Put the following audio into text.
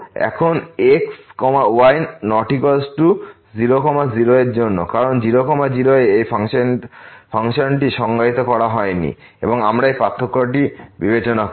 এখন x y≠ 00 এর জন্য কারণ 0 0 এ এই ফাংশনটি সংজ্ঞায়িত করা হয়নি এবং আমরা এই পার্থক্যটি বিবেচনা করি